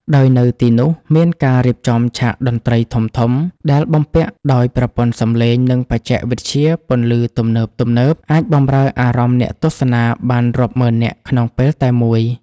ដោយនៅទីនោះមានការរៀបចំឆាកតន្ត្រីធំៗដែលបំពាក់ដោយប្រព័ន្ធសំឡេង និងបច្ចេកវិទ្យាពន្លឺទំនើបៗ អាចបម្រើអារម្មណ៍អ្នកទស្សនាបានរាប់ម៉ឺននាក់ក្នុងពេលតែមួយ។